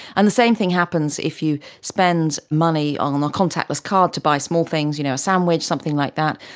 and the same thing happens if you spend money on a contactless card to buy small things, you know a sandwich, something like that.